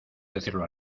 decirlo